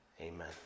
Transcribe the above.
Amen